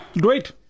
Great